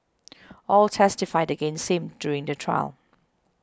all testified against him during the trial